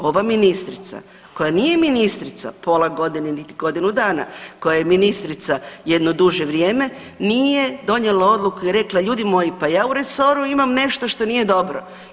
Ova ministrica koja nije ministrica pola godine, niti godinu dana koja je ministrica jedno duže vrijeme nije donijela odluku i rekla ljudi moji pa ja u resoru imam nešto što nije dobro.